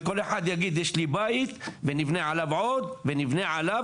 וכל אחד יגיד שיש לו בית ויבנה עליו עוד ויבנה עליו